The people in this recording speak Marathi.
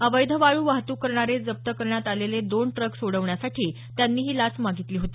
अवैध वाळू वाहतूक करणारे जप्त करण्यात आलेले दोन ट्रक सोडण्यासाठी त्यांनी ही लाच मागितली होती